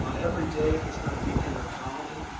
every day. if it's not a weekend or a holiday,